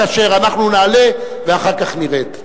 כאשר אנחנו נעלה ואחר כך נרד.